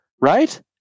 right